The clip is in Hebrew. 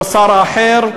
או שר אחר,